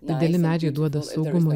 dideli medžiai duoda saugumui